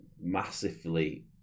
massively